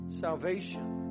salvation